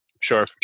Sure